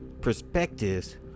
perspectives